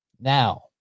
Now